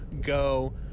go